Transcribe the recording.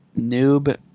noob